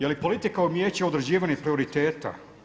Je li politika umijeće određivanja prioriteta?